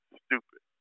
stupid